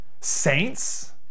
saints